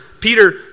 Peter